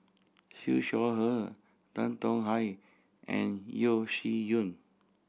Siew Shaw Her Tan Tong Hye and Yeo Shih Yun